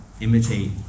imitate